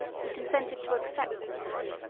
he consented to accept the city,